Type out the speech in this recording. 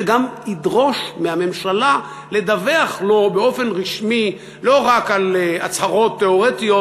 וגם ידרוש מהממשלה לדווח לו באופן רשמי לא רק על הצהרות תיאורטיות,